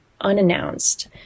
unannounced